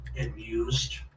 amused